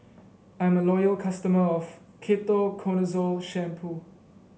I'm a loyal customer of Ketoconazole Shampoo